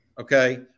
Okay